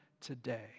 today